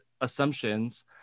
assumptions